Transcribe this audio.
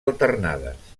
alternades